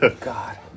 God